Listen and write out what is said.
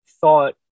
thought